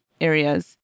areas